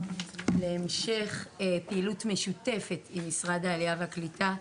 להמשך פעילות משותפת עם משרד העלייה והקליטה.